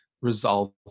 resolve